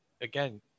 again